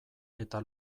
eta